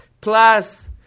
plus